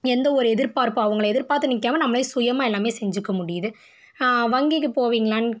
எந்த ஒரு எதிர்பார்ப்பாக அவங்கள எதிர்பார்த்து நிற்காம நம்மளே சுயமாக எல்லாமே செஞ்சுக்க முடியுது வங்கிக்கு போவீங்களான்னு